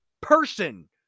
person